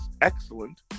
excellent